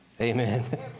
Amen